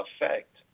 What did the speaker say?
effect